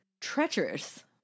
treacherous